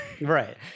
Right